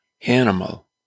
animal